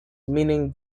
meaning